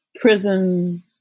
prison